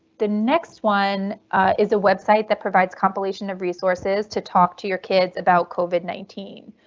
the next one is a website that provides compilation of resources to talk to your kids about cover nineteen.